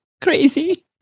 Crazy